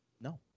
No